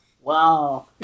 Wow